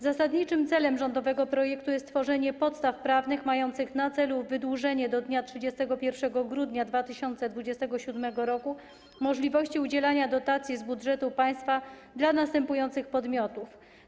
Zasadniczym celem rządowego projektu jest stworzenie podstaw prawnych mających na celu wydłużenie do dnia 31 grudnia 2027 r. możliwości udzielania dotacji z budżetu państwa dla następujących podmiotów: